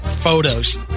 Photos